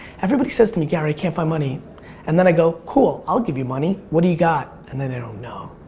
everybody says to me gary i can't find money and then i go, cool, i'll give you money, what do you got? and then they don't know.